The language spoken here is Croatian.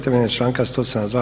Temeljem članka 172.